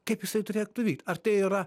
kaip jisai turėktų vykt ar tai yra